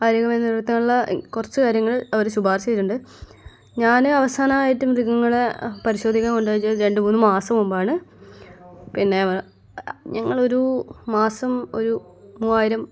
ആരോഗ്യമായി നിലനിർത്താനുള്ള കുറച്ച് കാര്യങ്ങൾ അവർ ശുപാർശ ചെയ്തിട്ടുണ്ട് ഞാന് അവസാനായിട്ടും മൃഗങ്ങളെ പരിശോധിക്കാൻ കൊണ്ടുപോയത് രണ്ട് മൂന്ന് മാസം മുമ്പാണ് പിന്നെ ഞങ്ങളൊരു മാസം ഒരു മൂവായിരം